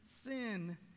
sin